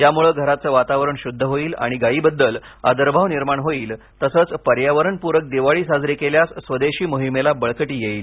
यामुळे घराचे वातावरण शुद्ध होईल आणि गायीबद्दल आदरभाव निर्माण होईल तसंच पर्यावरणपूरक दिवाळी साजरी केल्यास स्वदेशी मोहिमेला बळकटी येईल